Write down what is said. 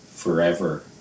forever